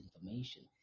information